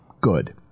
Good